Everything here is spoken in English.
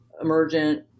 emergent